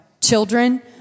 children